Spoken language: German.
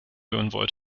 anführen